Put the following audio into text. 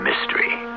mystery